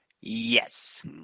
Yes